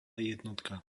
jednotka